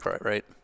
right